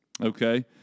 Okay